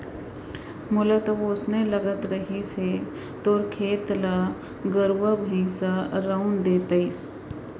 मोला तो वोसने लगत रहिस हे तोर खेत ल गरुवा भइंसा रउंद दे तइसे